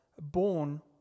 born